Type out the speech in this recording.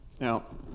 Now